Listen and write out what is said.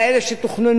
אבל לאן הגיעו,